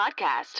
Podcast